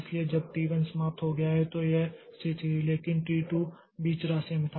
इसलिए जब T 1 समाप्त हो गया है तो यह स्थिति थी लेकिन T 2 बीच रास्ते में था